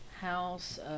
House